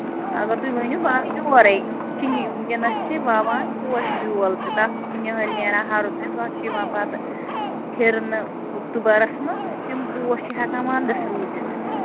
اَگر تُہۍ ؤنِو بہٕ اَنہٕ یورے چھِنہٕ ؤنکیٚنَس چھِ وَوان پوشہٕ بیٚول تہِ تَتھ تہِ چھُ نِہٲلۍ نیران ہرُد آسہِ گۅڈٕ چھِ یِوان پَتہٕ پھِرنہٕ اوٚکتوٗبَرَس منٛز تِم پوش چھِ ہیٚکان وَنٛدَس روٗزِتھ